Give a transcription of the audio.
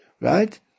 right